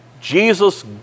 Jesus